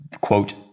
quote